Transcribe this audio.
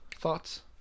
thoughts